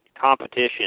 competition